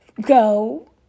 go